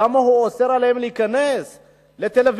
למה הוא אוסר עליהם להיכנס לתל-אביב,